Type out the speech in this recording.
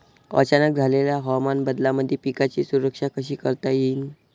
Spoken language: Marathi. अचानक झालेल्या हवामान बदलामंदी पिकाची सुरक्षा कशी करता येईन?